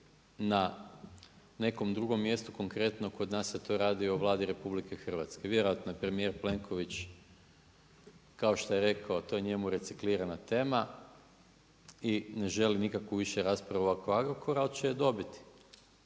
na nekom drugom mjestu, konkretno kod nas se to radi o Vladi RH. Vjerojatno je premijer Plenković kao što je rekao, to je njemu reciklirana tema, i ne želi nikakvu više raspravu oko Agrokora, ali će je dobiti.